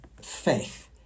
faith